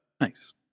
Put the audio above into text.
Nice